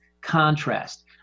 Contrast